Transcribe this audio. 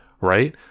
right